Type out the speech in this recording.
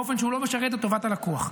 באופן שלא משרת את טובת הלקוח.